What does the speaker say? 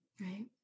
Right